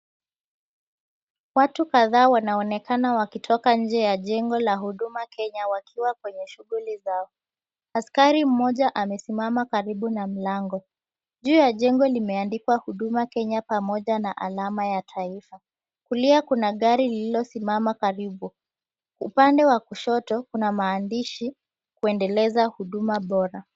Watu kadhaa wanaonekana wa kutoka nje ya jengo la Huduma Kenya wakiwa kwenye shughuli zao. Askari mmoja amesimama karibu na mlango. Juu ya jengo limeandikwa, "Huduma Kenya", pamoja na alama ya taifa. Kulia kuna gari lililosimama karibu, upande wa kushoto kuna maandishi, "Kuendeleza Huduma Bora".